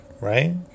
right